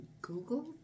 Google